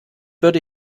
würde